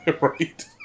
Right